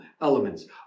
elements